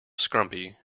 scrumpy